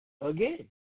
again